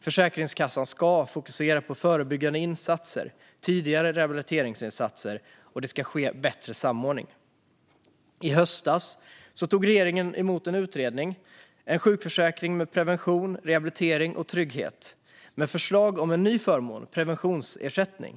Försäkringskassan ska fokusera på förebyggande insatser och tidigare rehabiliteringsinsatser, och det ska ske bättre samordning. I höstas tog regeringen emot utredningen En sjukförsäkring med prevention, rehabi li tering och trygghet , med förslag om en ny förmån: preventionsersättning.